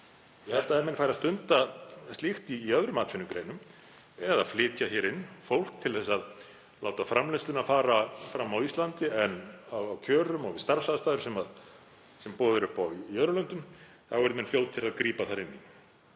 Ég held að ef menn færu að stunda slíkt í öðrum atvinnugreinum eða flytja inn fólk til að láta framleiðsluna fara fram á Íslandi, en á kjörum og við starfsaðstæður sem boðið er upp á í öðrum löndum, yrðu menn fljótir að grípa þar inn í.